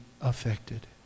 affected